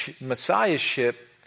Messiahship